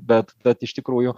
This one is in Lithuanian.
bet bet iš tikrųjų